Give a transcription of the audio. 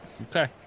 Okay